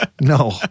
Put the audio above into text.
No